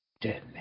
Dead